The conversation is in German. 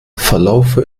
verlaufe